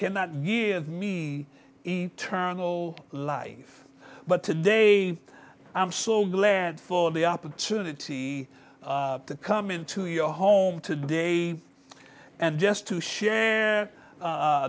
cannot years me eternal life but today i'm so glad for the opportunity to come into your home to day and just to share